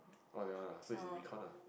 oh that one ah so is in recon ah